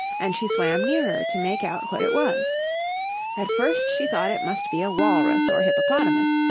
and she swam nearer to make out what it was at first she thought it must be a walrus or hippopotamus,